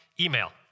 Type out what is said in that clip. email